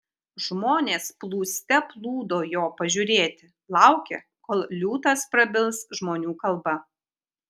žmonės plūste plūdo jo pažiūrėti laukė kol liūtas prabils žmonių kalba